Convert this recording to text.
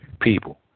people